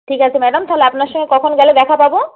ঠিক আছে ম্যাডাম তাহলে আপনার সঙ্গে কখন গেলে দেখা পাবো